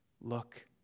look